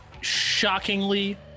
shockingly